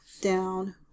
Down